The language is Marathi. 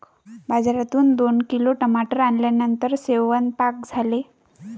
बाजारातून दोन किलो टमाटर आणल्यानंतर सेवन्पाक झाले